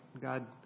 God